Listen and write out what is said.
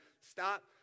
stop